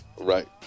Right